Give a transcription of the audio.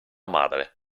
madre